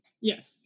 Yes